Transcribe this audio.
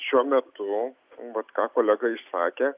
šiuo metu vat ką kolega išsakė